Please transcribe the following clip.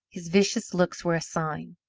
his vicious looks were a sign,